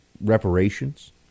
reparations